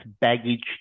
baggage